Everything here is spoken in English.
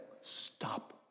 stop